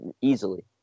easily